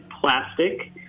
plastic